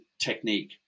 technique